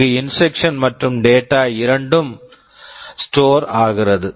அங்கு instruction instruction மற்றும் data data இரண்டும் ஸ்டோர் store ஆகிறது